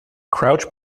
crouch